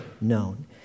known